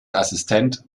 assistent